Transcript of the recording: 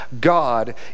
God